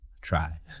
Try